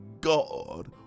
God